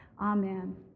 Amen